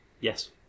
yes